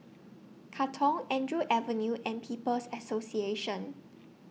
Katong Andrew Avenue and People's Association